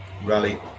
rally